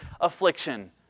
affliction